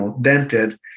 dented